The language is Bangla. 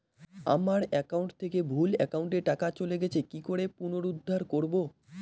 আমার একাউন্ট থেকে ভুল একাউন্টে টাকা চলে গেছে কি করে পুনরুদ্ধার করবো?